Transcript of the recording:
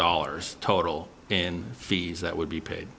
dollars total in fees that would be paid